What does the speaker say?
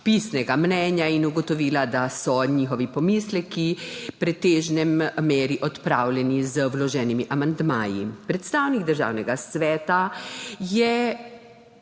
pisnega mnenja in ugotovila, da so njihovi pomisleki v pretežni meri odpravljeni z vloženimi amandmaji. Predstavnik Državnega sveta je